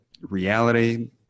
reality